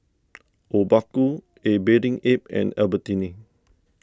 Obaku A Bathing Ape and Albertini